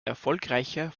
erfolgreicher